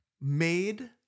made